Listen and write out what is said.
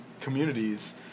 communities